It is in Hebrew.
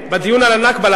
בדיון על ה"נכבה",